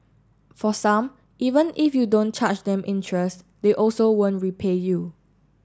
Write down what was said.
for some even if you don't charge them interest they also won't repay you